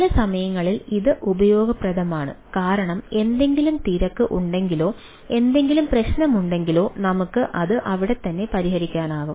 ചില സമയങ്ങളിൽ ഇത് ഉപയോഗപ്രദമാണ് കാരണം എന്തെങ്കിലും തിരക്ക് ഉണ്ടെങ്കിലോ എന്തെങ്കിലും പ്രശ്നമുണ്ടെങ്കിലോ നമുക്ക് അത് അവിടെത്തന്നെ പരിഹരിക്കാനാകും